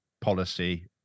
policy